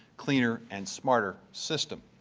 cleaner and smarter system.